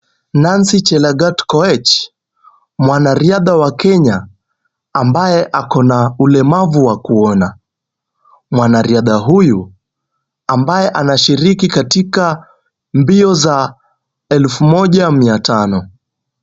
Nancy Chelagat Koech. Mwanariadha wa Kenya, ambaye ako na ulemavu wa kuona. Mwanariadha huyu, ambaye anashiriki katika mbio za elfu moja mia tano.